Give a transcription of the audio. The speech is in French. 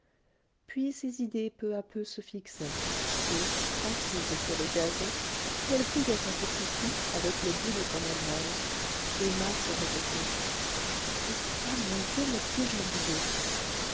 puis ses idées peu à peu se fixaient et assise sur le gazon qu'elle fouillait à petits coups avec le bout de son ombrelle emma se répétait pourquoi mon dieu me suis-je mariée